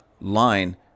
line